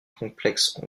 complexes